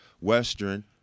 Western